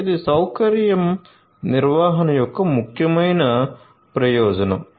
ఇది సౌకర్యం నిర్వహణ యొక్క ముఖ్యమైన ప్రయోజనం